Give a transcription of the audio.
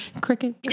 cricket